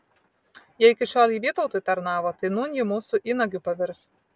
jei iki šiol ji vytautui tarnavo tai nūn ji mūsų įnagiu pavirs